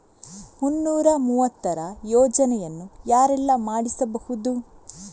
ಮುನ್ನೂರ ಮೂವತ್ತರ ಯೋಜನೆಯನ್ನು ಯಾರೆಲ್ಲ ಮಾಡಿಸಬಹುದು?